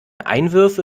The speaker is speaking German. einwürfe